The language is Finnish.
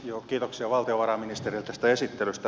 kiitoksia valtiovarainministerille tästä esittelystä